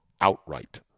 outright